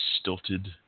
stilted